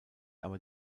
aber